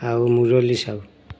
ଆଉ ମୁରଲୀ ସାହୁ